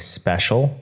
special